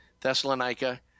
Thessalonica